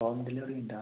home delivery ഉണ്ടോ